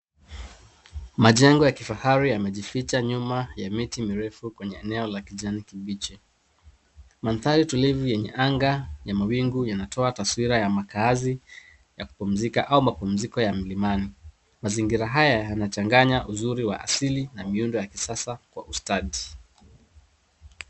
Majengo ya kifahari yamejificha nyuma ya miti mirefu kwenye eneo la kijani kibichi. Mandhari tulivu yenye anga ya mawingu yanatoa taswira ya makaazi ya kupumzika au mapumziko ya milimani. Mazingira haya yanachqnganya uzuri wa asili na miundo ya kisasa kwa ustadi.